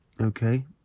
Okay